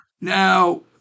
Now